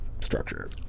structure